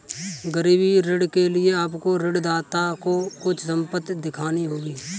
गिरवी ऋण के लिए आपको ऋणदाता को कुछ संपत्ति दिखानी होगी